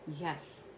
Yes